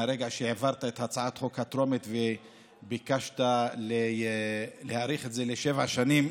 מהרגע שהעברת את הצעת החוק הטרומית וביקשת להאריך את זה לשבע שנים,